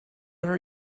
are